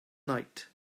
night